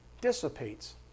dissipates